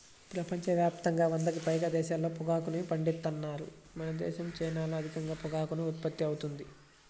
ప్రపంచ యాప్తంగా వందకి పైగా దేశాల్లో పొగాకుని పండిత్తన్నారు మనదేశం, చైనాల్లో అధికంగా పొగాకు ఉత్పత్తి అవుతుంది